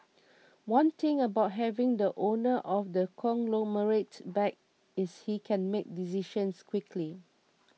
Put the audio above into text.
one good thing about having the owner of the conglomerate back is he can make decisions quickly